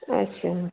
अच्छा